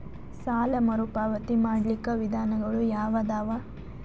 ಸಾಲ ಮರುಪಾವತಿ ಮಾಡ್ಲಿಕ್ಕ ವಿಧಾನಗಳು ಯಾವದವಾ?